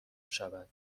شود